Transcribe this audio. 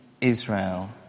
Israel